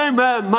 Amen